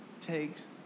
takes